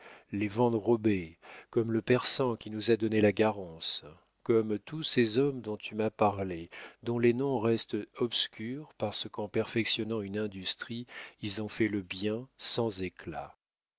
les van robais comme le persan qui nous a donné la garance comme tous ces hommes dont tu m'as parlé dont les noms restent obscurs parce qu'en perfectionnant une industrie ils ont fait le bien sans éclat